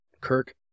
Kirk